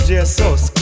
Jesus